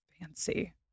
Fancy